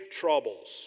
troubles